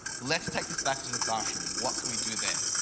let's take this back to the classroom what can we do there?